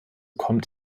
kommt